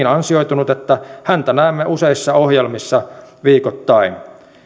ansioitunut että häntä näemme useissa ohjelmissa viikoittain